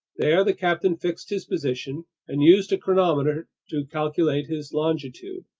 there the captain fixed his position and used a chronometer to calculate his longitude,